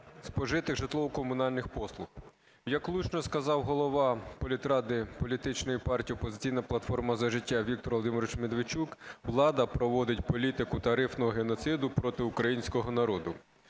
спожитих житлово-комунальних послуг. Як влучно сказав голова політради політичної партії "Опозиційна платформа – За життя" Віктор Володимирович Медведчук, влада проводить політику тарифного геноциду проти українського народу.